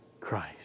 Christ